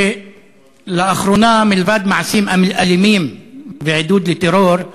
שלאחרונה, מלבד מעשים אלימים ועידוד לטרור,